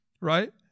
Right